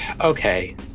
Okay